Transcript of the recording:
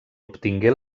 obtingué